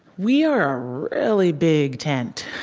we are a really big tent.